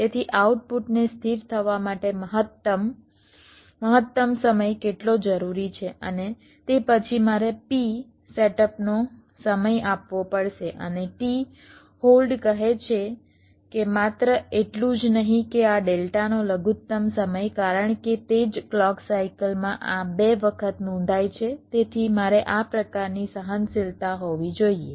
તેથી આઉટપુટને સ્થિર થવા માટે મહત્તમ મહત્તમ સમય કેટલો જરૂરી છે અને તે પછી તમારે P સેટઅપનો સમય આપવો પડશે અને t હોલ્ડ કહે છે કે માત્ર એટલું જ નહીં કે આ ડેલ્ટાનો લઘુત્તમ સમય કારણ કે તે જ ક્લૉક સાઇકલમાં આ 2 વખત નોંધાય છે તેથી મારે આ પ્રકારની સહનશીલતા હોવી જોઈએ